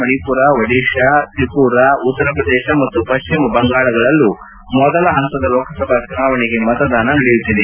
ಮಣಿಪುರ ಒಡಿಶಾ ತ್ರಿಮರಾ ಉತ್ತರಪ್ರದೇಶ ಮತ್ತು ಪಶ್ಚಿಮ ಬಂಗಾಳಗಳಲ್ಲೂ ಮೊದಲ ಪಂತದ ಲೋಕಸಭಾ ಚುನಾವಣೆಗೆ ಮತದಾನ ನಡೆಯುತ್ತಿದೆ